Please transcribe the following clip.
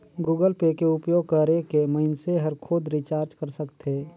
Google Pay के उपयोग करके मइनसे हर खुद रिचार्ज कर सकथे